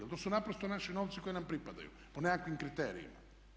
Jer to su naprosto naši novci koji nam pripadaju po nekakvim kriterijima.